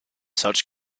such